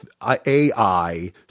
AI